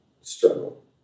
struggle